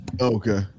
Okay